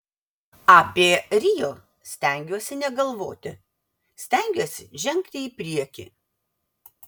apie rio stengiuosi negalvoti stengiuosi žengti į priekį